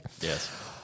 Yes